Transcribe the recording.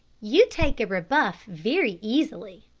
you take a rebuff very easily,